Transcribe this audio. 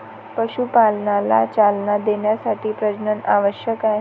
पशुपालनाला चालना देण्यासाठी प्रजनन आवश्यक आहे